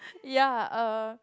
ya uh